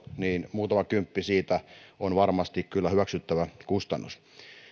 muutama kymppi siitä on varmasti kyllä hyväksyttävä kustannus